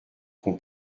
qu’on